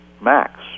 max